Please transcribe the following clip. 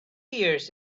years